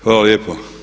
Hvala lijepo.